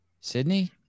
Sydney